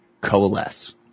coalesce